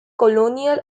colonial